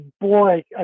boy